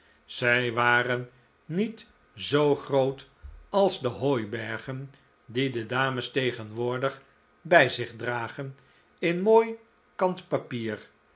zij waren niet zoo groot als de hooibergen die de dames tegenwoordig bij zich dragen in mooi